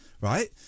Right